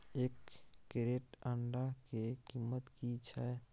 एक क्रेट अंडा के कीमत की छै?